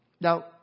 Now